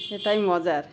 সেটাই মজার